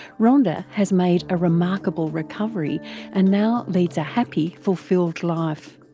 rhonda has made a remarkable recovery and now leads a happy fulfilled life.